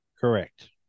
correct